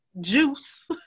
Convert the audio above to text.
juice